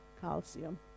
calcium